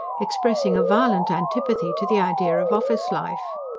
expressing a violent antipathy to the idea of office-life.